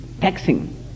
taxing